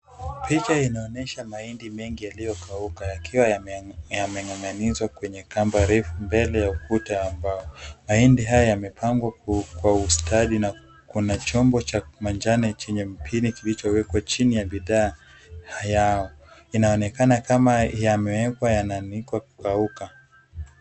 Picha inaonyesha maindi mengi yaliyo kauka, yakiwa yamengangamizwa kwenye kamba refu mbele ya ukuta ya ambao, maindi haya yamepangwa kwa ustadi na kuna chombo cha majane chenye mpini kilicho wekwa chini ya bidhaa yao, Inaonekana kama yamewekwa yana anikwa kukauka.